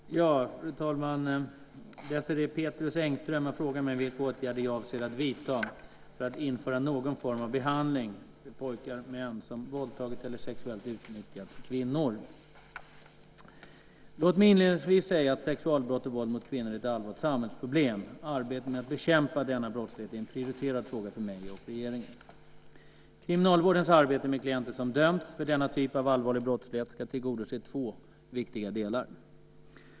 Fru talman! Désirée Pethrus Engström har frågat mig vilka åtgärder jag avser att vidta för att införa någon form av behandling för pojkar/män som våldtagit eller sexuellt utnyttjat kvinnor. Låt mig inledningsvis säga att sexualbrott och våld mot kvinnor är ett allvarligt samhällsproblem. Arbetet med att bekämpa denna brottslighet är en prioriterad fråga för mig och regeringen. Kriminalvårdens arbete med klienter som dömts för denna typ av allvarlig brottslighet ska tillgodose två viktiga delar.